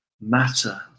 matter